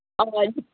অঁ